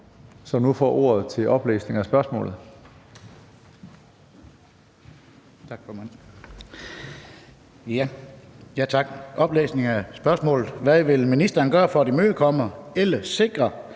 Skalvig får ordet til oplæsning af spørgsmålet.